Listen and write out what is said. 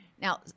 Now